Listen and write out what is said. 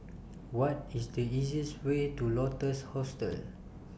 What IS The easiest Way to Lotus Hostel